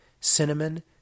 cinnamon